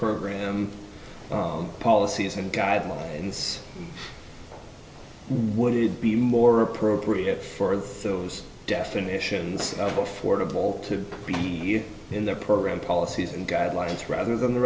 program policies and guidelines would it be more appropriate for those definitions of affordable to be in their program policies and guidelines rather than the